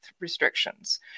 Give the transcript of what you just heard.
restrictions